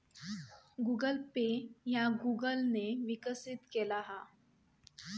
Google pay ह्या Google ने विकसित केला हा